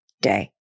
day